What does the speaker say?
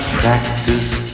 practice